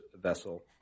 vessel